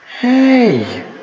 Hey